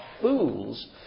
fools